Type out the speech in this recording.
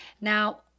now